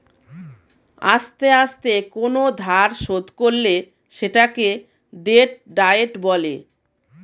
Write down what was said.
আস্তে আস্তে কোন ধার শোধ করলে সেটাকে ডেট ডায়েট বলে